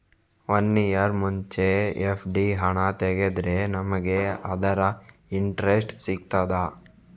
One year ಮುಂಚೆ FD ಹಣ ತೆಗೆದ್ರೆ ನಮಗೆ ಅದರ ಇಂಟ್ರೆಸ್ಟ್ ಸಿಗ್ತದ?